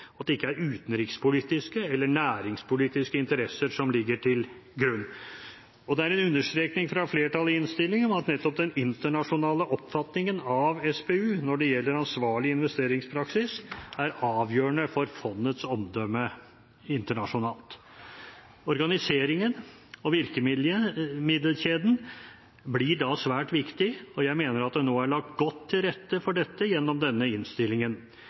at det ikke er utenrikspolitiske eller næringspolitiske interesser som ligger til grunn. Og det er understrekning fra flertallet i innstillingen at nettopp den internasjonale oppfatningen av SPU når det gjelder ansvarlig investeringspraksis, er avgjørende for fondets omdømme internasjonalt. Organiseringen og virkemiddelkjeden blir da svært viktig, og jeg mener at det nå er lagt godt til rette for dette gjennom denne innstillingen.